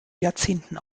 jahrzehnten